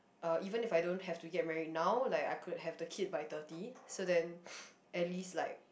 uh even if I don't have to get marriage now like I could have the kid by thirty so then at least like